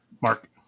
Mark